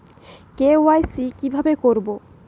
KYC কিভাবে করব?